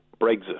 brexit